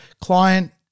client